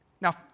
Now